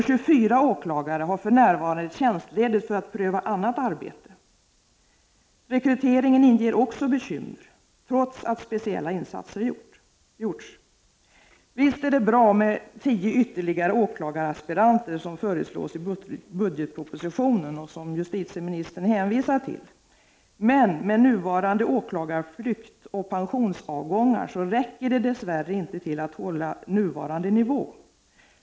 24 åklagare är för närvarande tjänstlediga för att pröva annat arbete. Rekryteringen inger också bekymmer, trots att speciella insatser gjorts. Visst är det bra med de tio ytterligare åklagaraspiranter som föreslås i budgetpropositionen och som justitieministern hänvisar till. Med nuvarande åklagarflykt och pensionsavgångar räcker det dess värre inte för att hålla nu varande nivå.